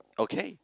okay